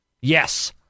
Yes